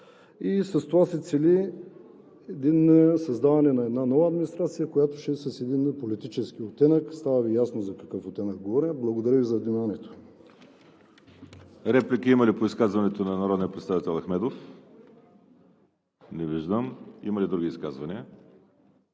и с това се цели създаване на нова администрация, която ще е с един политически оттенък. Става ясно за какъв оттенък говоря. Благодаря Ви за вниманието.